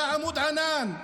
היה עמוד ענן,